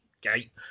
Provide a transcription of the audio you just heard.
gate